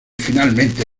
finalmente